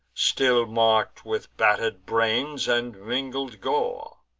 still mark'd with batter'd brains and mingled gore.